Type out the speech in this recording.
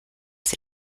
sie